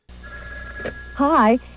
Hi